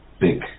big